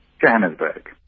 Johannesburg